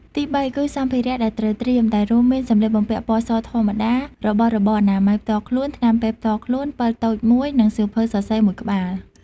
ទីបីគឺ សម្ភារៈដែលត្រូវត្រៀម ដែលរួមមានសម្លៀកបំពាក់ពណ៌សធម្មតា របស់របរអនាម័យផ្ទាល់ខ្លួន ថ្នាំពេទ្យផ្ទាល់ខ្លួន ពិលតូចមួយ និងសៀវភៅសរសេរមួយក្បាល។